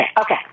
Okay